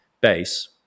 base